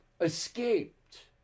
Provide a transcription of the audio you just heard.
escaped